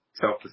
Self